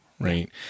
right